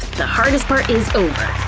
the hardest part is.